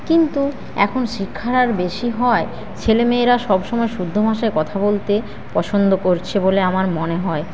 কিন্তু এখন শিক্ষার হার বেশি হওয়ায় ছেলেমেয়েরা সব সময় শুদ্ধ ভাষায় কথা বলতে পছন্দ করছে বলে আমার মনে হয়